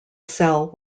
cell